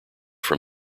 from